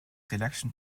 selection